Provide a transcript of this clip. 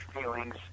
feelings